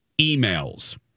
emails